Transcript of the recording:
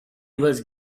was